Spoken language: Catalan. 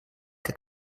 que